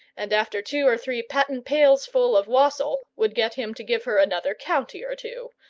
and after two or three patent-pails-full of wassail would get him to give her another county or two,